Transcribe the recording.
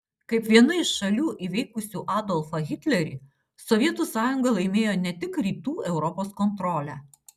kaip viena iš šalių įveikusių adolfą hitlerį sovietų sąjunga laimėjo ne tik rytų europos kontrolę